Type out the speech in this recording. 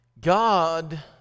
God